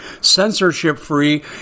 censorship-free